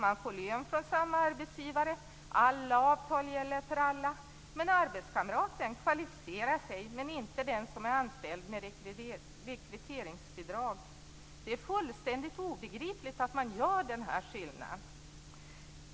Man får lön från samma arbetsgivare, alla avtal gäller för alla, och arbetskamraten kvalificerar sig men inte den som är anställd med rekryteringsbidrag. Det är fullständigt obegripligt att man gör den här skillnaden.